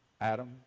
Adam